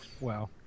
Wow